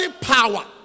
power